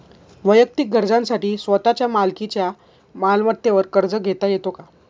वैयक्तिक गरजांसाठी स्वतःच्या मालकीच्या मालमत्तेवर कर्ज घेता येतो का?